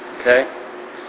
Okay